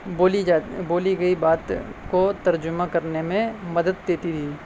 بولی بولی گئی بات کو ترجمہ کرنے میں مدد دیتی تھی